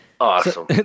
Awesome